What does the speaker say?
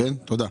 תודה.